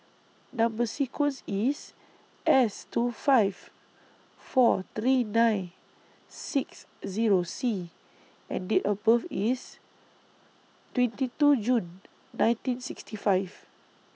Number sequence IS S two five four three nine six Zero C and Date of birth IS twenty two June nineteen sixty five